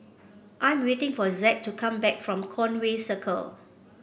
I am waiting for Zack to come back from Conway Circle